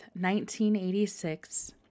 1986